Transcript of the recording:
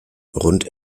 rund